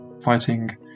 Fighting